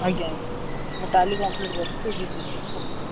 ଆଜ୍ଞା ଆଜ୍ଞା ମୁଁ ଟାଲି କମ୍ପ୍ଲିଟ୍ କରିଛି P G D C A ବି କମ୍ପ୍ଲିଟ୍ କରିଛି